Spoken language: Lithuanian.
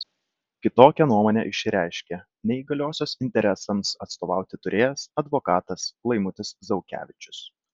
kitokią nuomonę išreiškė neįgaliosios interesams atstovauti turėjęs advokatas laimutis zaukevičius